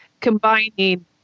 combining